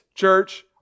church